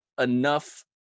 enough